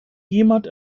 jemand